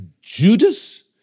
Judas